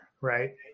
right